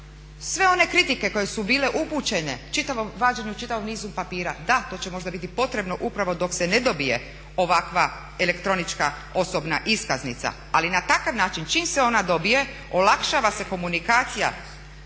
sve one kritike koje su bile upućene čitavom, vađenju čitavog niza papira, da to će možda biti potrebno upravo dok se ne dobije ovakva elektronička osobna iskaznica. Ali na takav način čim se ona dobije olakšava se komunikacija